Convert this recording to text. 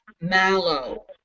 mallow